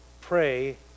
pray